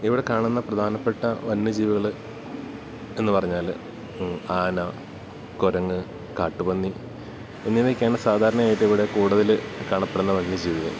ഇവിടെ കാണുന്ന പ്രധാനപ്പെട്ട വന്യജീവികൾ എന്ന് പറഞ്ഞാൽ ആന കുരങ്ങ് കാട്ടുപന്നി എന്നിവ ഒക്കെയാണ് സാധാരണയായിട്ട് ഇവിടെ കൂടുതൽ കാണപ്പെടുന്ന വന്യജീവികൾ